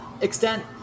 extent